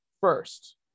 first